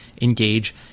Engage